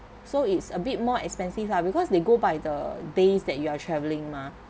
so it's a bit more expensive lah because they go by the days that you are travelling mah